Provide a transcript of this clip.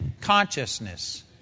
consciousness